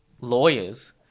lawyers